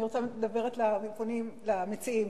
אני מדברת אל המציעים.